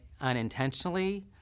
unintentionally